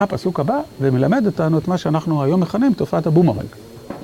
הפסוק הבא ומלמד אותנו את מה שאנחנו היום מכנים תופעת הבומורג.